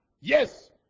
Yes